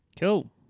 Cool